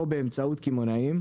או באמצעות קמעונאים,